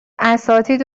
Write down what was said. اساتید